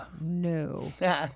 No